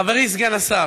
חברי סגן השר,